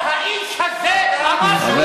האיש הזה אמר שהוא לא רוצה לטפל בילדים פלסטינים,